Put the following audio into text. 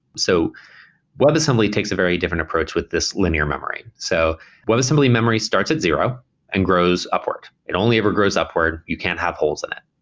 so webassembly takes a very different approach with this linear memory. so webassembly memory starts at zero and grows upward. it only ever grows upward. you can't have holes in it.